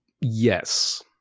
Yes